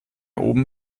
oben